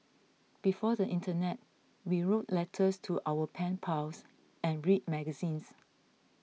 before the internet we wrote letters to our pen pals and read magazines